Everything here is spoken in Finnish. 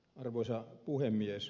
arvoisa puhemies